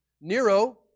Nero